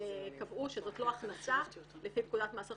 וקבעו שזו לא הכנסה לפי פקודת מס הכנסה,